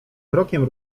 krokiem